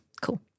Cool